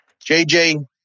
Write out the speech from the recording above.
JJ